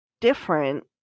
different